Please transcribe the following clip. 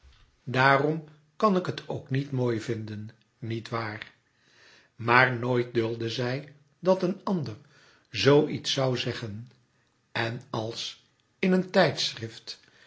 daarom kan ik het ook niet mooi vinden niet waar maar noit duldde zij dat een ander zoo iets zoû zeggen en als in een tijdschrift